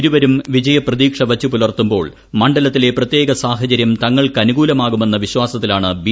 ഇരുവർക്കും വിജയപ്രതീക്ഷ വച്ചു പുലർത്തുമ്പോൾ മണ്ഡലത്തിലെ പ്രത്യേക സാഹചര്യം തങ്ങൾക്കനുകൂലമാകുമെന്ന വിശ്വാസത്തിലാണ് ബി